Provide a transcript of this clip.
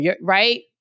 right